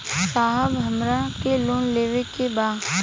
साहब हमरा के लोन लेवे के बा